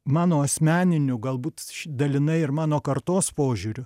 mano asmeniniu galbūt dalinai ir mano kartos požiūriu